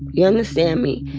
you understand me?